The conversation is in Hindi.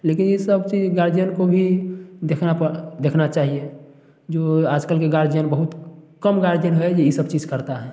लेकिन ये सब चीज गार्जियन को भी देखना देखना चाहिए जो आजकल के गार्जियन बहुत कम गार्जियन है जो ये सब चीज करता है